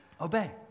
Obey